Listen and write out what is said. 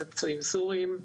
בפצועים סוריים,